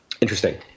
Interesting